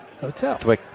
Hotel